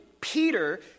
Peter